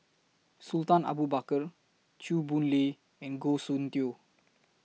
Sultan Abu Bakar Chew Boon Lay and Goh Soon Tioe